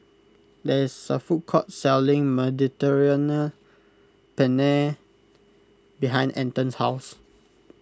there is a food court selling Mediterranean Penne behind Anton's house